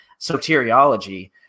soteriology